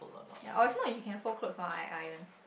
ya or if not you can fold clothes while I iron